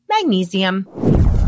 magnesium